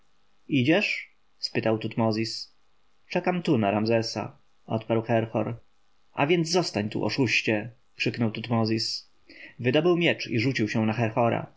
idziesz spytał tutmozis czekam tu na ramzesa odparł herhor a więc zostań tu oszuście krzyknął tutmozis wydobył miecz i rzucił się na